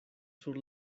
sur